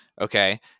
okay